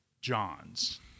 johns